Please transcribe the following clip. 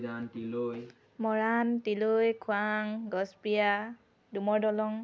মৰাণ তিলৈ খোৱাং গছপ্ৰিয়া ডুমৰ দলং